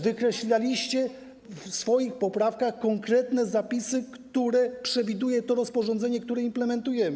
Wykreślaliście w swoich poprawkach konkretne zapisy, które przewiduje to rozporządzenie, które implementujemy.